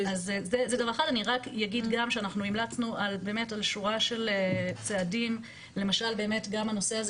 אני רק אגיד שאנחנו המלצנו על שורה של צעדים למשל באמת גם הנושא הזה